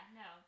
no